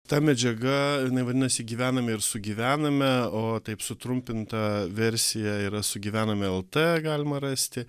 ta medžiaga jinai vadinasi gyvename ir sugyvename o taip sutrumpinta versija yra sugyvename lt galima rasti